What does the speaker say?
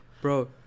bro